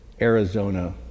Arizona